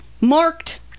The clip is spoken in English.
Marked